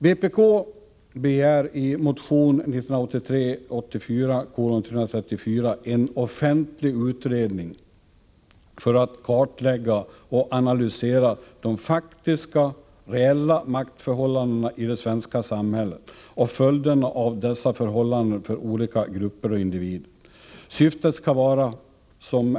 Vpk begär i motion 1983/84:334 en offentlig utredning för att kartlägga och analysera de faktiska, reella maktförhållandena i det svenska samhället och följderna av dessa förhållanden för olika grupper och individer. Syftet skall vara, som C.-H.